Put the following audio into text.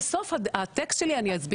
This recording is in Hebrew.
בסוף הטקסט שלי אני אסביר.